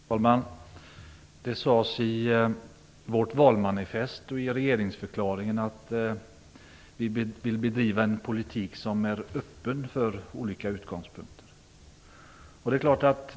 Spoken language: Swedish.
Herr talman! Det framhölls i vårt valmanifest och i regeringsförklaringen att vi vill bedriva en politik som från olika utgångspunkter är öppen.